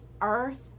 Earth